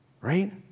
right